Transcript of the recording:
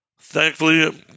Thankfully